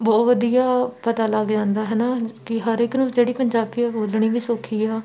ਬਹੁਤ ਵਧੀਆ ਪਤਾ ਲੱਗ ਜਾਂਦਾ ਹੈ ਨਾ ਕਿ ਹਰ ਇੱਕ ਨੂੰ ਜਿਹੜੀ ਪੰਜਾਬੀ ਆ ਉਹ ਬੋਲਣੀ ਵੀ ਸੌਖੀ ਆ